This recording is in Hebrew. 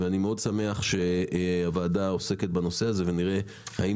ואני מאוד שמח שהוועדה עוסקת בנושא הזה ונראה האם